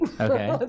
Okay